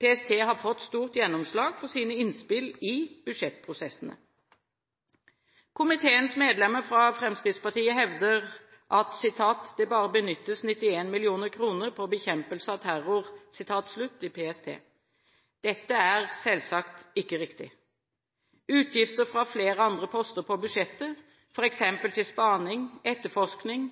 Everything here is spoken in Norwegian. PST har fått stort gjennomslag for sine innspill i budsjettprosessene. Komiteens medlemmer fra Fremskrittspartiet hevder at «det bare benyttes 91 mill. kroner på bekjempelse av terror» i PST. Dette er selvsagt ikke riktig. Utgifter fra flere andre poster på budsjettet – f.eks. til spaning, etterforskning